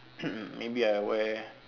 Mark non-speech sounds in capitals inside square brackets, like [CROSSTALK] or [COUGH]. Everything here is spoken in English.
[COUGHS] maybe I wear